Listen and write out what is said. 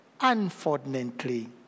unfortunately